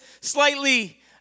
slightly